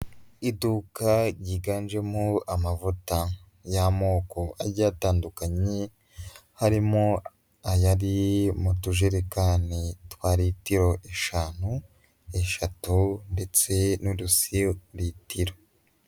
Iduka ryiganjemo amavuta y'amoko agiye atandukanye, harimo ayari mu tujerekani twa litiro eshanu, eshatu ndetse n'udusu litiro.